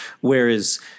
Whereas